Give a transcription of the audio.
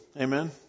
Amen